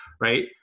Right